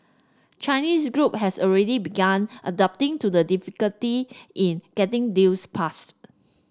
Chinese group have already begun adapting to the difficulty in getting deals passed